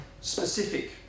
specific